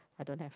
I don't have